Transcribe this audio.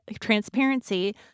transparency